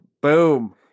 boom